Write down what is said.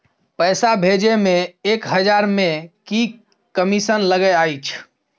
पैसा भैजे मे एक हजार मे की कमिसन लगे अएछ?